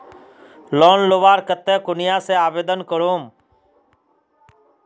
Loan लुबार केते कुनियाँ से आवेदन करूम?